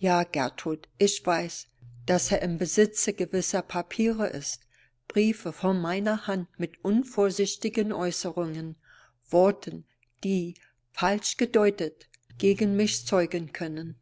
ja gertrud ich weiß daß er im besitze gewisser papiere ist briefe von meiner hand mit unvorsichtigen äußerungen worten die falsch gedeutet gegen mich zeugen können